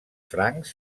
francs